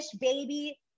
baby